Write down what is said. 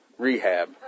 rehab